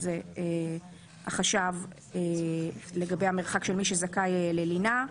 זה החשב לגבי המרחק של מי שזכאי ללינה.